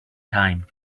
time